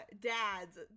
dads